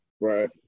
Right